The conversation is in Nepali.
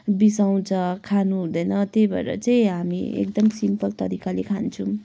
बिसाउँछ खानु हुँदैन त्यही भएर चाहिँ हामी एकदम सिम्पल तरिकाले खान्छौँ